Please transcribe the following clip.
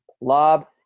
Lob